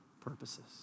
purposes